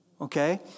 okay